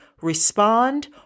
respond